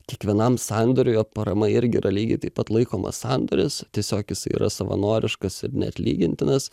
kiekvienam sandoriuje parama irgi yra lygiai taip pat laikoma sandoris tiesiog jisai yra savanoriškas ir neatlygintinas